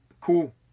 cool